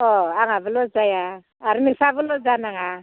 अह आंहाबो लस जाया आरो नोंस्राबो लस जानाङा